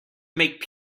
make